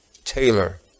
Taylor